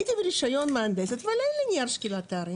אנחנו נטמיע את ההערות ונעביר לממשלה.